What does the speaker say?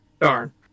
Darn